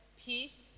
peace